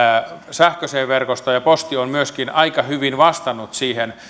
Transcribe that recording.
sähköiseen verkostoon posti on myöskin aika hyvin vastannut siihen